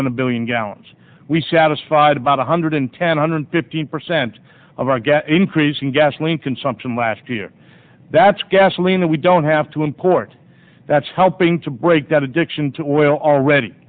than a billion gallons we satisfied about one hundred ten hundred fifty percent of our gas increase in gasoline consumption last year that's gasoline that we don't have to import that's helping to break that addiction to oil already